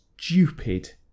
stupid